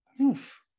Oof